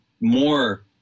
more